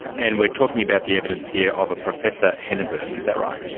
and we are talking about the evidence here of a professor henneberg, is that right?